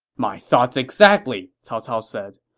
my thoughts exactly! cao cao said.